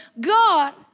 God